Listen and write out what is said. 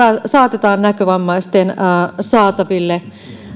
saatetaan näkövammaisten saataville